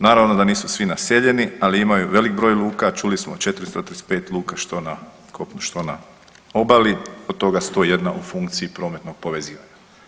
Naravno da nisu svi naseljeni, ali imaju velik broj luka čuli smo 435 luka što na kopnu, što na obali, od toga 101 u funkciji prometnog povezivanja.